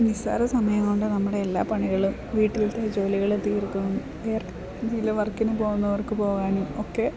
നിസാര സമയം കൊണ്ട് നമ്മുടെ എല്ലാ പണികളും വീട്ടിലത്തെ ജോലികൾ തീർക്കുന്നു എന്തേലും വർക്കിന് പോകുന്നവർക്ക് പോകാനും ഒക്കെ